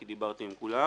כי דיברתי עם כולם.